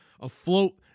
afloat